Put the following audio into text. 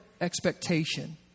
expectation